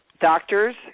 doctors